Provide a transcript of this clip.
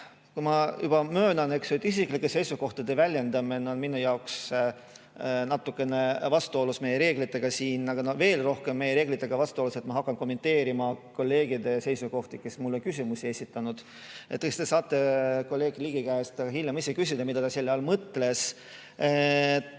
juba olen möönnud, et isiklike seisukohtade väljendamine on minu jaoks natukene vastuolus meie reeglitega, aga veel rohkem on meie reeglitega vastuolus, kui ma hakkan kommenteerima nende kolleegide seisukohti, kes mulle on küsimusi esitanud. Eks te saate kolleeg Ligi käest hiljem ise küsida, mida ta selle all mõtles.